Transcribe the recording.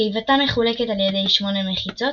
קיבתם מחולקת על ידי שמונה מחיצות,